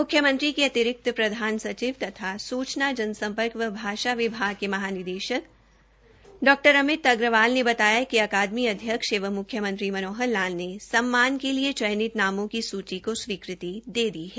म्ख्यमंत्री के अतिरिक्त प्रधान सचिव तथा सुचना जनसम्पर्क एवं भाषा विभाग के महानिदेशक डॉ अमित अग्रवाल ने बताया कि अकादमी अध्यक्ष एवं मुख्यमंत्री श्री मनोहर लाल ने सम्मान के लिए चयनित नामों की सूची को स्वीकृति दे दी है